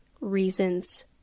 reasons